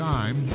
Time